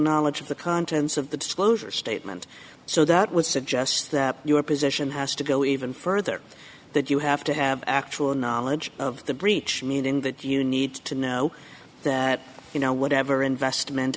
knowledge of the contents of the disclosure statement so that would suggest that your position has to go even further that you have to have actual knowledge of the breach meaning that you need to know that you know whatever investment